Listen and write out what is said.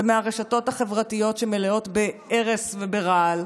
ומהרשתות החברתיות שמלאות בארס וברעל.